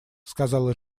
сказала